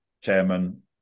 chairman